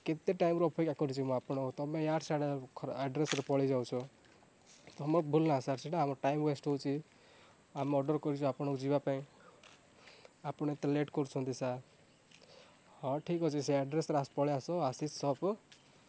କେତେ ଟାଇମରୁ ଅପେକ୍ଷା କରିଛି ମୁଁ ଆପଣଙ୍କୁ ତମେ ଇଆଡ଼େ ସିଆଡ଼େ ଆଡ୍ରେସରେ ପଳେଇ ଯାଉଛ ତମ ଭୁଲ ନା ସାର୍ ସେଇଟା ଆମର ଟାଇମ ୱେଷ୍ଟ ହଉଛି ଆମେ ଅର୍ଡ଼ର କରିଛୁ ଆପଣଙ୍କୁ ଯିବା ପାଇଁ ଆପଣ ଏତେ ଲେଟ୍ କରୁଛନ୍ତି ସାର୍ ହଁ ଠିକ୍ ଅଛି ସେଇ ଆଡ୍ରେସରେ ଆସ ପଳେଇ ଆସ ଆଶିଷ ସପକୁ